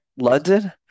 London